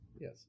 yes